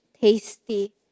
tasty